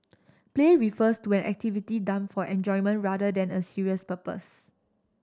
play refers to an activity done for enjoyment rather than a serious purpose